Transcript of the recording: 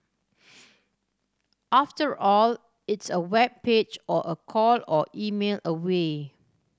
after all it's a web page or a call or email away